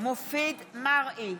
מופיד מרעי,